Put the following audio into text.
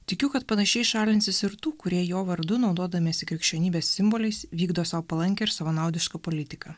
tikiu kad panašiai šalinsis ir tų kurie jo vardu naudodamiesi krikščionybės simboliais vykdo sau palankią ir savanaudišką politiką